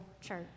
church